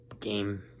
game